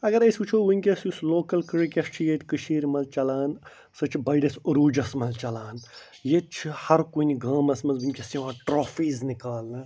اگر أسۍ وُچھو وُنٛکیٚس یُس لوکل کِرکٹ چھُ ییٚتہِ کٔشیٖرِ منٛز چَلان سُہ چھُ بٔڑِس عُروٗجس منٛز چَلان ییٚتہِ چھُ ہر کُنہِ گامس منٛز وُنٛکیٚس یِوان ٹرٛافیٖز نِکالنہٕ